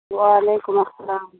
وعلیکم السلام